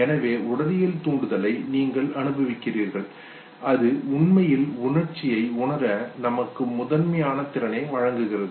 எனவே உடலியல் தூண்டுதலை நீங்கள் அனுபவிக்கிறார்கள் அது உண்மையில் உணர்ச்சியை உணர நமக்கு முதன்மையான திறனை வழங்குகிறது